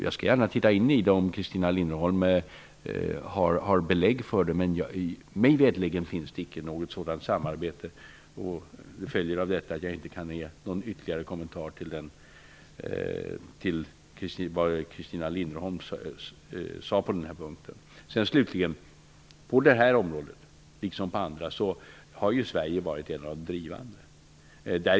Jag skall gärna se över detta samarbete om Christina Linderholm har belägg för det, men mig veterligen finns det icke något sådant samarbete. Följden av detta blir att jag inte kan ge någon ytterligare kommentar till det som Christina Linderholm säger om detta. På detta område, liksom på andra, har Sverige varit en av de drivande krafterna.